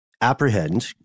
apprehend